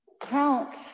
count